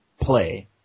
play